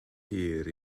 hir